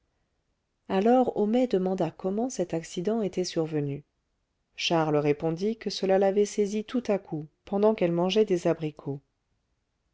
alors homais demanda comment cet accident était survenu charles répondit que cela l'avait saisie tout à coup pendant qu'elle mangeait des abricots